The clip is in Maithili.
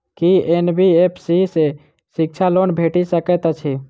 की एन.बी.एफ.सी सँ शिक्षा लोन भेटि सकैत अछि?